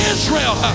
Israel